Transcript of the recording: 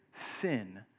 sin